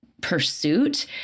pursuit